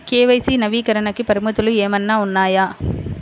KYC నవీకరణకి పరిమితులు ఏమన్నా ఉన్నాయా?